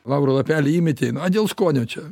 lauro lapelį įmetė na dėl skonio čia